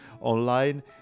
online